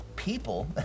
people